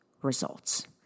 results